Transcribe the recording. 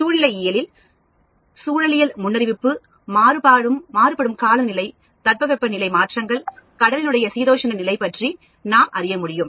சூழ்நிலையியல் துறையிலும் சூழலியல் முன்னறிவிப்பு மாறுபடும் காலநிலை தட்பவெட்ப நிலை மாற்றங்கள் கடலின் உடைய சீதோஷண நிலை பற்றி நாம் அறிய முடியும்